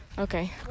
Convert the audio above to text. Okay